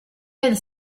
del